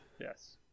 Yes